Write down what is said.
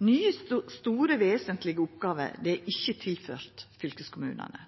Nye, store vesentlege oppgåver er ikkje tilført fylkeskommunane.